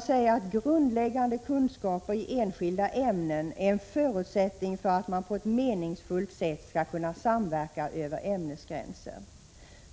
sägs: ”Grundläggande kunskaper i enskilda ämnen är en förutsättning för att man på ett meningsfullt sätt skall kunna samverka över ämnesgränser.